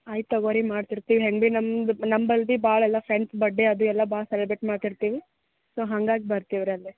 ಆಯ್ತು ತಗೊಳಿ ಮಾಡ್ತಿರ್ತಿವಿ ನಮ್ದು ನಮ್ಮ ಬಲ್ದಿ ಭಾಳೆಲ್ಲ ಫ್ರೆಂಡ್ಸ್ ಬಡ್ಡೇ ಅದು ಎಲ್ಲ ಭಾಳ ಸೆಲಬ್ರೇಟ್ ಮಾಡ್ತಿರ್ತೀವಿ ಸೊ ಹಂಗಾಗಿ ಬರ್ತೀವಿ ರೀ ಅಲ್ಲೇ